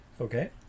Okay